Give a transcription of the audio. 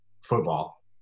football